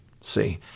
see